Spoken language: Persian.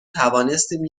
توانستیم